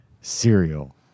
cereal